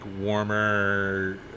warmer